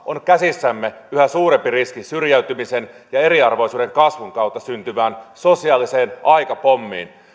on käsissämme yhä suurempi riski syrjäytymisen ja eriarvoisuuden kasvun kautta syntyvään sosiaaliseen aikapommiin